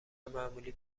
معمولی